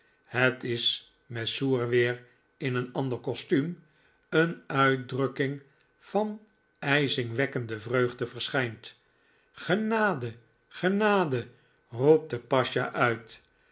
het is mesrour weer in een ander kostuum een uitdrukking van ijzingwekkende vreugde verschijnt genade genade roept de pasja uit